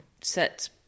set